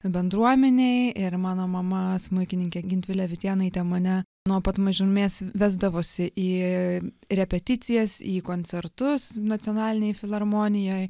bendruomenėj ir mano mama smuikininkė gintvilė vitėnaitė mane nuo pat mažumės vesdavosi į repeticijas į koncertus nacionalinėj filharmonijoj